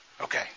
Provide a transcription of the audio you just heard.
Okay